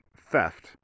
theft